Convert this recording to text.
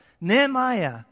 Nehemiah